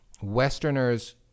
Westerners